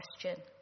question